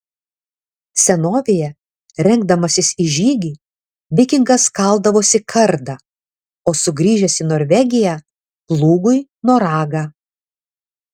senovėje rengdamasis į žygį vikingas kaldavosi kardą o sugrįžęs į norvegiją plūgui noragą